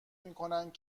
میکنند